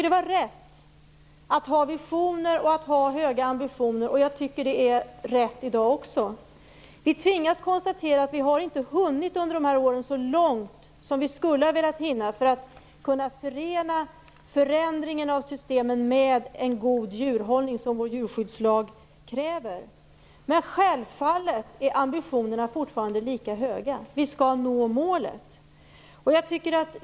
Det var rätt att ha visioner och höga ambitioner, och jag tycker att det är rätt i dag också. Vi tvingas konstatera att vi under dessa tio år inte har hunnit så långt som vi hade velat för att kunna förena förändringen av systemet med en god djurhållning, som vår djurskyddslag kräver. Men självfallet är ambitionerna fortfarande lika höga - vi skall nå målet.